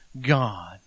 God